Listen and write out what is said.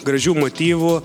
gražių motyvų